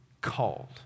called